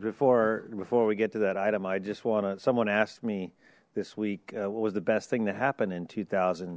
before before we get to that item i just wanna someone asked me this week what was the best thing that happened in two thousand